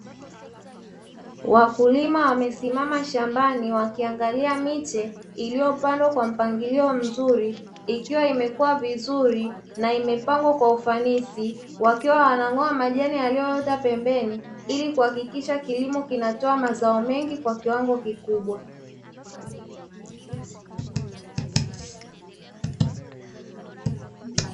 Wakulima wamesimama shambani wakiangalia miche iliyo pandwa kwa mpangilo mzuri, ikiwa imekuwa vizuri na imepangwa kwa ufanisi, wakiwa wanang'oa majani yalio ota pembeni ili kuakikisha kilimo kinatoa mazao mengi kwa kiwango kikubwa.